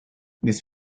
this